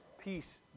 peace